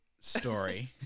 story